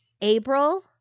April